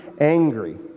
angry